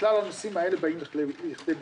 שכלל הנושאים האלה באים לכדי ביטוי.